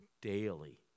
daily